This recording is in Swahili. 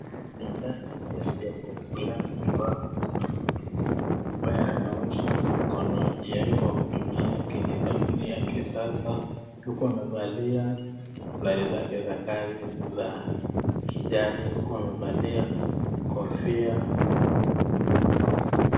Ni ndani ya jengo fulani ambapo kuna mtu ambaye anaosha mkono wake kwa kutumia kiji-sabuni ya kisasa huku amevalia sare zake za kazi za kijani huku amevalia kofia.